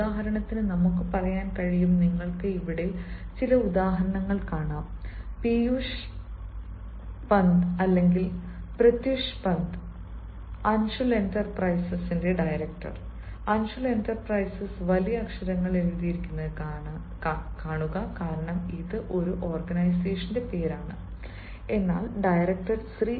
ഉദാഹരണത്തിന് നമുക്ക് പറയാൻ കഴിയും നിങ്ങൾക്ക് ഇവിടെ ചില ഉദാഹരണങ്ങൾ കാണാം പീയൂഷ് പന്ത് അല്ലെങ്കിൽ പ്രത്യുഷ് പന്ത് അൻഷുൽ എന്റർപ്രൈസസിന്റെ ഡയറക്ടർ അൻഷുൽ എന്റർപ്രൈസസ് വലിയ അക്ഷരങ്ങളിൽ എഴുതിയിരിക്കുന്നത് കാണുക കാരണം ഇത് ഒരു ഓർഗനൈസേഷന്റെ പേരാണ് എന്നാൽ ഡയറക്ടർ ശ്രീ